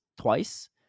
twice